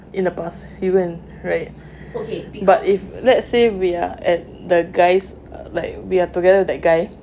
in the past he go and right if let's say we are at the guys like we are together that guy